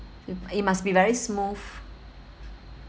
it must be very smooth